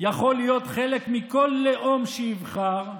יכול להיות חלק מכל לאום שיבחר,